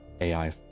AI